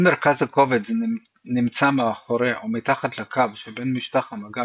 אם מרכז הכובד נמצא מאחורי או מתחת לקו שבין משטח המגע